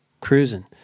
cruising